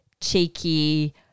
cheeky